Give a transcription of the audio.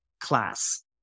class